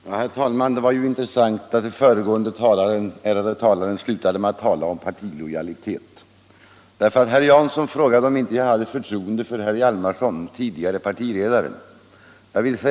Herr talman! Det var intressant att den föregående ärade talaren slutade sitt anförande med att tala om partilojalitet, eftersom herr Jansson frågade mig, om jag inte hade förtroende för den tidigare partiledaren herr Hjalmarson.